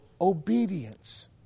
obedience